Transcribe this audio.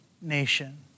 nation